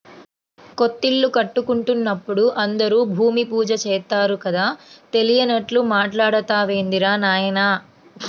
కొత్తిల్లు కట్టుకుంటున్నప్పుడు అందరూ భూమి పూజ చేత్తారు కదా, తెలియనట్లు మాట్టాడతావేందిరా నాయనా